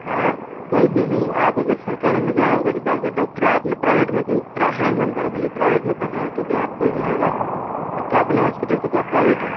हाँ कोई देर नहीं आप अगर सरकारी डॉक्टर में जाओ प्राइवेट में कर रहे हैं तो भी आपका हो जाएगा अपना तो हॉस्पिटल क्या प्राइवेट है